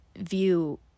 view